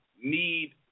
need